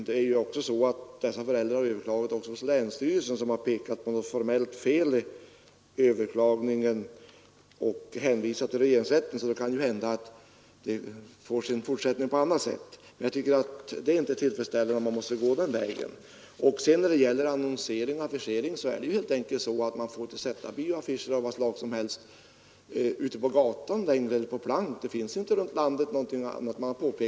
Det är också så att dessa föräldrar överklagat hos länsstyrelsen, som pekat på något formellt fel i överklagningen och hänvisat till regeringsrätten. Det kan alltså hända att detta får sin fortsättning på annat sätt. Jag tycker emellertid inte att det är tillfredsställande när man måste gå den vägen. När det gäller annonsering och affischering är det ju helt enkelt så att man inte får sätta upp bioaffischer av vad slag som helst ute på gatan eller på plank längre.